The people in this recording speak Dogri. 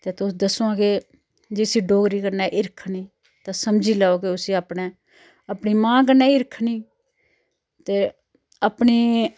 ते तुस दस्सो हा के जिसी डोगरी कन्नै हिरख नी तां समझी लैओ कि उसी अपने अपनी मां कन्नै हिरख नी ते अपनी